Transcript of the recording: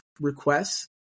requests